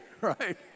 right